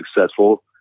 successful